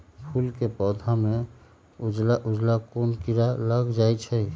फूल के पौधा में उजला उजला कोन किरा लग जई छइ?